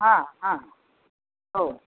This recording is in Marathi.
हां हां हो